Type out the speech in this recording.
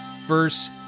verse